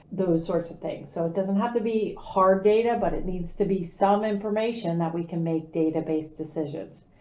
those sorts of things. so it doesn't have to be hard data, but it needs to be some information that we can make data based decisions.